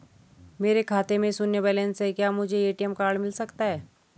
मेरे खाते में शून्य बैलेंस है क्या मुझे ए.टी.एम कार्ड मिल सकता है?